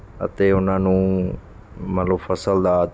ਅਤੇ ਉਹਨਾਂ ਨੂੰ ਮੰਨ ਲਓ ਫ਼ਸਲ ਦਾ